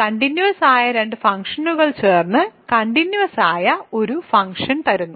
continuous ആയ രണ്ട് ഫംഗ്ഷനുകൾ ചേർന്ന് കണ്ടിന്യൂസ് ആയ ഒരു ഫങ്ക്ഷൻ തരുന്നു